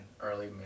early